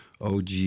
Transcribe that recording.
OG